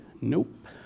Nope